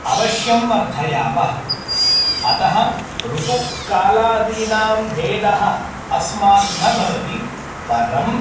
अवश्यं वर्धयामः अतः ऋतुकालादीनां भेदः अस्मासु न भवति परम्